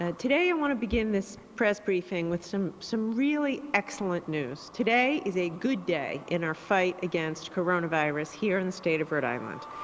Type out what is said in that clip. ah today i and want to begin this press briefing with some some really excellent news. today is a good day in our fight against coronavirus here in the state of rhode island.